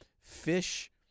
fish